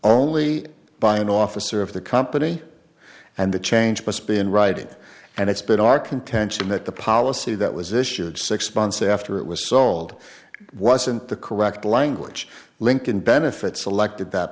only by an officer of the company and the change has been righted and it's been our contention that the policy that was issued six months after it was sold wasn't the correct language lincoln benefit selected that